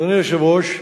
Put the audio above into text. אדוני היושב-ראש,